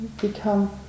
become